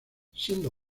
siendo